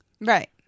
Right